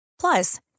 Plus